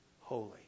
holy